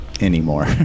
anymore